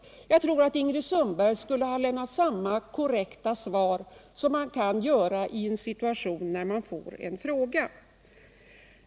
Och jag tror att Ingrid Sundberg skulle ha lämnat samma korrekta svar som man kan göra i en situation när man får en fråga.